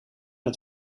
het